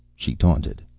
she taunted.